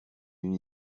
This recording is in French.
une